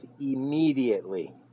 immediately